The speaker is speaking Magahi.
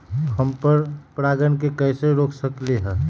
हम पर परागण के कैसे रोक सकली ह?